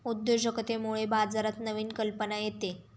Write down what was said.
उद्योजकतेमुळे बाजारात नवीन कल्पना येते